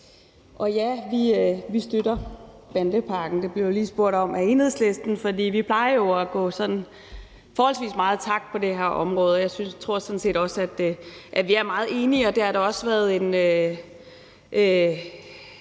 Ja, vi støtter bandepakken – det blev jeg lige spurgt om af Enhedslisten, for vi plejer jo at gå sådan forholdsvis meget i takt på det her område, og jeg tror sådan set også, at vi er meget enige. Vi har haft grundige